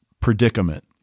predicament